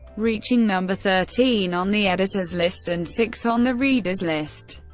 reaching number thirteen on the editor's list, and six on the readers' list.